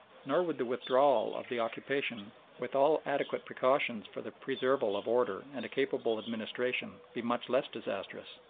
nor would the withdrawal of the occupation with all adequate precautions for the preserval of order and a capable administration be much less disastrous,